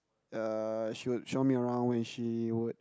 err she would show me around when she would